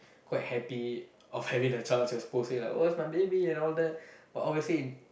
quite happy of having the child she was posting like oh it's my baby and all that but obviously in